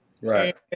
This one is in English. Right